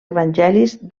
evangelis